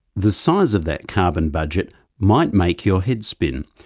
the size of that carbon budget might make your head spin.